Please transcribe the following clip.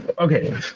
okay